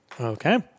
Okay